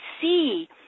see